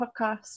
Podcast